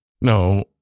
No